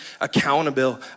accountable